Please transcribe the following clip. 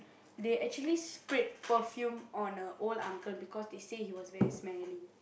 they actually sprayed perfume on a old uncle because they say he was very smelly